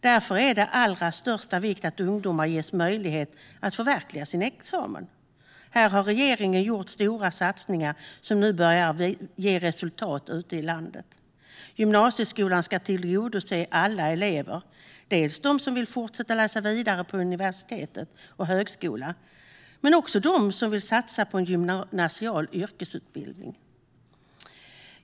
Därför är det av allra största vikt att ungdomar ges möjlighet att förverkliga sin examen. Här har regeringen gjort stora satsningar som nu börjar ge resultat ute i landet. Gymnasieskolan ska tillgodose alla elever som vill fortsätta och läsa vidare på universitet och högskola men också dem som vill satsa på en gymnasial yrkesutbildning.